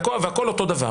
הכול אותו דבר.